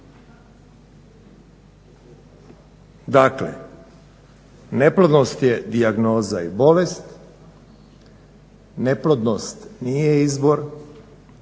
Dakle, neplodnost je dijagnoza i bolest, neplodnost nije izbor